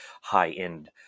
high-end